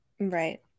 right